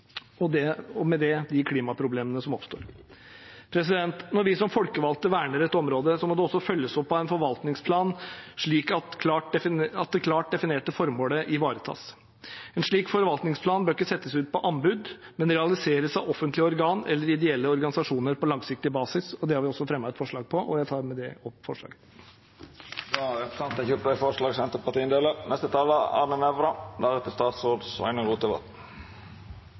og med de klimaproblemene som oppstår med det. Når vi som folkevalgte verner et område, må det også følges opp av en forvaltningsplan, slik at det klart definerte formålet ivaretas. En slik forvaltningsplan bør ikke settes ut på anbud, men realiseres av offentlige organer eller ideelle organisasjoner på langsiktig basis. Det har vi også fremmet et forslag om, og jeg tar med det opp Senterpartiets forslag. Representanten Ole André Myhrvold har teke opp